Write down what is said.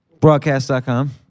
broadcast.com